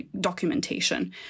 documentation